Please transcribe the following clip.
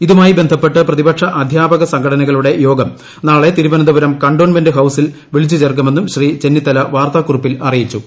ഇതുമായി ബന്ധപ്പെട്ട് പ്രപ്രതിപക്ഷ അധ്യാപക സംഘടനകളുടെ യോഗം നാളെ തിരുവനന്തപുരം കന്റോൺമെൻ ഹൌസിൽവിളിച്ച് ചേർക്കുമെന്നും ശ്രീ ചെന്നിത്തല വാർത്താകുറിപ്പിൽ അറിയിച്ചു